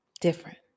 different